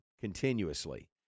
continuously